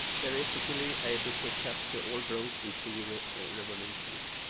theoretically able to capture all grooves in two revolutions.